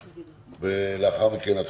ולאחר-מכן,